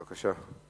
בבקשה.